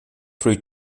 through